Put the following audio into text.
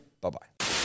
Bye-bye